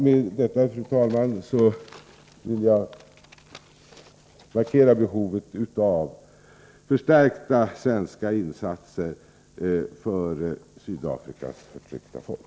Med detta vill jag markera behovet av förstärkta svenska insatser för Sydafrikas förtryckta folk.